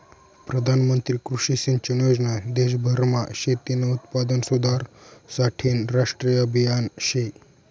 प्रधानमंत्री कृषी सिंचन योजना देशभरमा शेतीनं उत्पादन सुधारासाठेनं राष्ट्रीय आभियान शे